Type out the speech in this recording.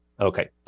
Okay